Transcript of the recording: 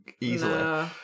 easily